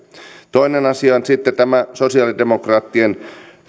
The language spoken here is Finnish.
toinen asia on sitten tämä sosialidemokraattien